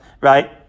right